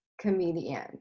Comedian